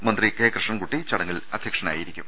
മന്ത്രി കെ കൃഷ്ണൻകുട്ടി ചടങ്ങിൽ അധ്യക്ഷനാകും